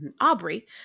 Aubrey